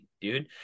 dude